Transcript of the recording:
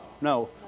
No